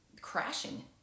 crashing